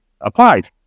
applied